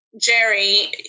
Jerry